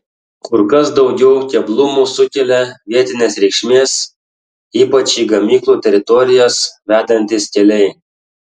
kur kas daugiau keblumų sukelia vietinės reikšmės ypač į gamyklų teritorijas vedantys keliai